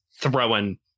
throwing